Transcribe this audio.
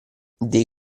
dei